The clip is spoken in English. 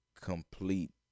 complete